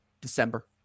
December